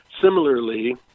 Similarly